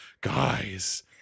Guys